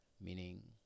meaning